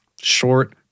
short